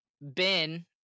Ben